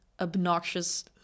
obnoxious